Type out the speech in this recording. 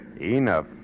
Enough